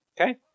Okay